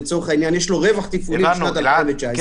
לצורך העניין יש לו רווח תפעולי בשנת 2019,